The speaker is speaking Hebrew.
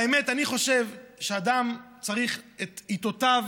האמת, אני חושב שאדם צריך את עיתותיו